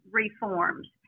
reforms